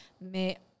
Mais